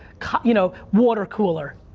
you know, water cooler.